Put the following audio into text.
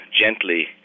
gently